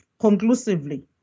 conclusively